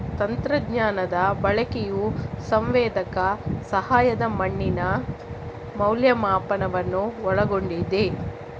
ತಂತ್ರಜ್ಞಾನದ ಬಳಕೆಯು ಸಂವೇದಕ ಸಹಾಯದ ಮಣ್ಣಿನ ಮೌಲ್ಯಮಾಪನವನ್ನು ಒಳಗೊಂಡಿದೆ